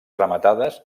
rematades